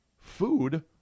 food